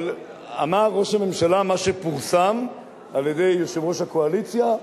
אבל אמר ראש הממשלה מה שפורסם על-ידי יושב-ראש הקואליציה,